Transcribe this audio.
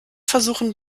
versuchen